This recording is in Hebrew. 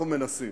אנחנו מנסים.